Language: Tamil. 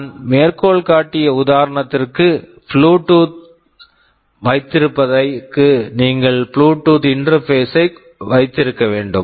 நான் மேற்கோள் காட்டிய உதாரணத்திற்கு புளூடூத் Bluetooth வைத்திருப்பதற்கு நீங்கள் புளூடூத் இன்டெர்பேசை Bluetooth interface வைத்திருக்க வேண்டும்